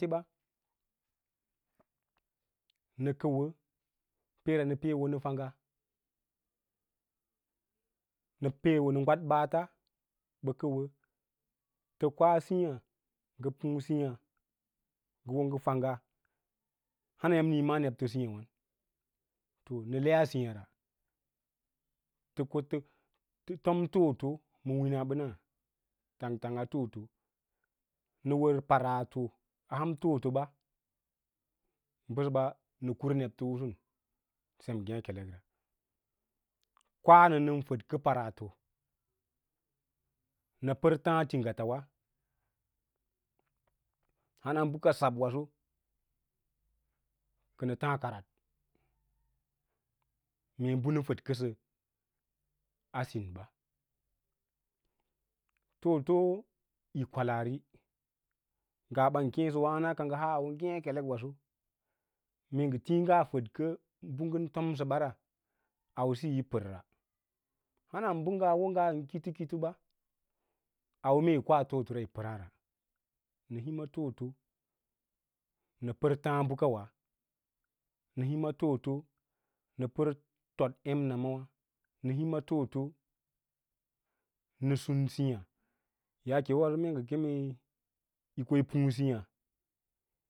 Gwateɓa nə kəuwə peera nə pee wonə fangga nə pee wono gwad ɓaata ɓaa kəuywə ngə koa sííiya puũ sííiyá ngə wo ngə fanga hana yǎmni yí ma’ǎ nebto sííya wan to nə leꞌa sííyâra tə ko ta tom toloto ma wina ɓəna tang tang a to’oto nə wər patatto a ham toꞌoto ɓa bəsə ɓa nəkura nebto ꞌusus sem ngêkelekre kwa nə nə fədkə paratto nə pər tas tinguatawa hana bəka sab waso kənə fǎǎ karat mee bənə fədkəsə a sinɓa toꞌoto yi kwəaari ngaa ɓan kěěsəwa hana ka ngə hɛs auwe ngékelek waso mee ngətiĩ ngaa fədkə bə ngən tomsə ba ra ausiyi yi pərra, hanan bə ngan bə kito kito ba auwe mee yi koa toꞌoti ra yi pəraa nə hima toꞌoto nə pər tǎǎ bəkawa, nə hima toꞌo nə pər too em namawǎ, nə hima toꞌoto nə sum sǐǐyâ yaake wa waso mee ngə kemu yi ko yi puú siĩyâ.